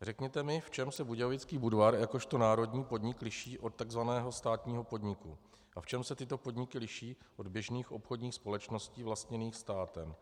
Řekněte mi, v čem se Budějovický Budvar jakožto národní podnik liší od takzvaného státního podniku a v čem se tyto podniky liší od běžných obchodních společností vlastněných státem.